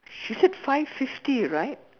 she said five fifty right